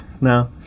no